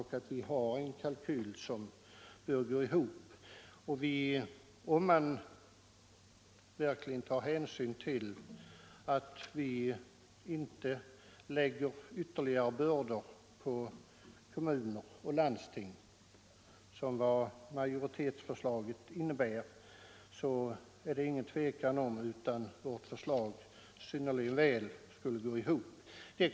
Inte minst om man tar hänsyn till att vi inte lägger ytterligare bördor på kommuner och landsting, vilket majoritetsförslaget innebär, är det alldeles klart att kalkylerna i vårt förslag synnerligen väl skulle gå ihop.